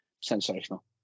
sensational